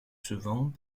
souvent